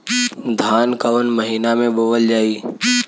धान कवन महिना में बोवल जाई?